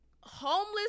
homeless